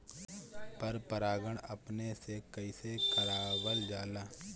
पर परागण अपने से कइसे करावल जाला?